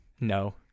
No